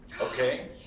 Okay